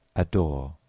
adore,